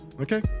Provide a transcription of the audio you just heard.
okay